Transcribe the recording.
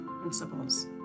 principles